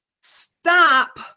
stop